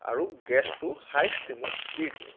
আৰু গেছটো হাই ষ্টিমত দি দিওঁ